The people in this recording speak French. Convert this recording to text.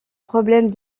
problèmes